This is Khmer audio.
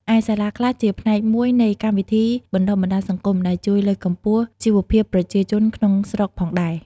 ឯសាលាខ្លះជាផ្នែកមួយនៃកម្មវិធីបណ្តុះបណ្តាលសង្គម ដែលជួយលើកកម្ពស់ជីវភាពប្រជាជនក្នុងស្រុកផងដែរ ។